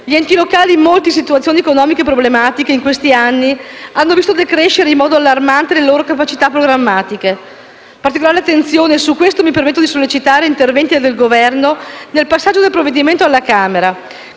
Gli enti locali, molti in situazioni economiche problematiche, in questi anni hanno visto decrescere in modo allarmante le loro capacità programmatiche. Particolare attenzione - e su questo mi permetto di sollecitare un intervento del Governo nel passaggio del provvedimento alla Camera